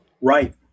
Right